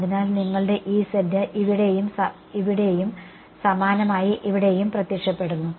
അതിനാൽ നിങ്ങളുടെ ഇവിടെയും ഇവിടെയും സമാനമായി ഇവിടെയും ഇവിടെയും പ്രത്യക്ഷപ്പെടുന്നു